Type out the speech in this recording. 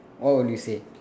what would you say